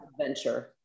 adventure